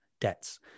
debts